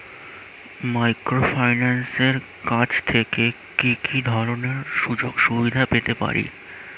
মাইক্রোফিন্যান্সের কাছ থেকে কি কি ধরনের সুযোগসুবিধা পেতে পারি?